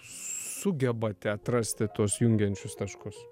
sugebat atrasti tuos jungiančius taškus